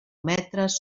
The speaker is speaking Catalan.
metres